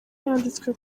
yanditswe